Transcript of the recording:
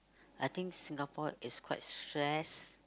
I think Singapore is quite stressed